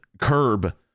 curb